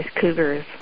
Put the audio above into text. cougars